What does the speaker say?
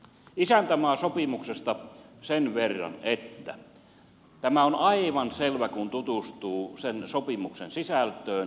isäntämaasopimuksesta sen verran että tämä on aivan selvä kun tutustuu sen sopimuksen sisältöön